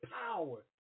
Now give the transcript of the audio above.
power